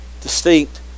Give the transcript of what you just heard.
distinct